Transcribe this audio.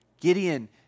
Gideon